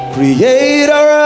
Creator